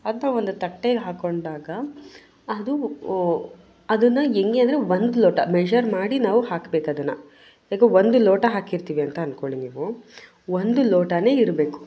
ಅದನ್ನ ಒಂದು ತಟ್ಟೆಗೆ ಹಾಕ್ಕೊಂಡಾಗ ಅದು ಅದನ್ನು ಹೇಗೆ ಅಂದರೆ ಒಂದು ಲೋಟ ಮೆಝರ್ ಮಾಡಿ ನಾವು ಹಾಕಬೇಕು ಅದನ್ನು ಈಗ ಒಂದು ಲೋಟ ಹಾಕಿರ್ತೀವಿ ಅಂತ ಅನ್ಕೋಳ್ಳಿ ನೀವು ಒಂದು ಲೋಟವೇ ಇರಬೇಕು